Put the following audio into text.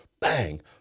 bang